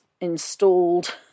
installed